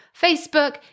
Facebook